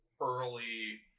Early